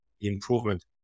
improvement